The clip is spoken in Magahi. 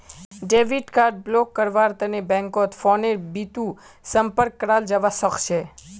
डेबिट कार्ड ब्लॉक करव्वार तने बैंकत फोनेर बितु संपर्क कराल जाबा सखछे